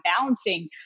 balancing